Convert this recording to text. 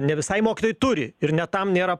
ne visai mokytojai turi ir net tam nėra